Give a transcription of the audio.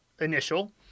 initial